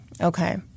Okay